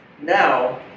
Now